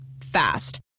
fast